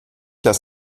lass